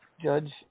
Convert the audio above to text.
judge –